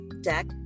Deck